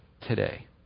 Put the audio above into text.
today